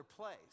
place